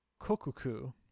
Kokuku